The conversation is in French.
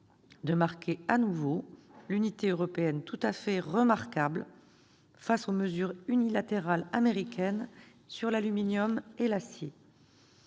de marquer à nouveau l'unité européenne tout à fait remarquable face aux mesures unilatérales américaines sur l'aluminium et l'acier.